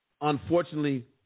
unfortunately